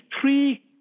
three